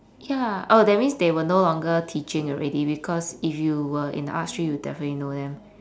ya oh that means they were no longer teaching already because if you were in arts stream you'd definitely know them